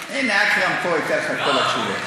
הנה, אכרם פה, הוא ייתן לכם את כל התשובות.